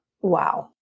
Wow